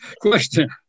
question